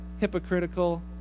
hypocritical